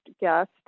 guest